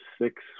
six